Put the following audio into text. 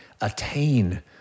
attain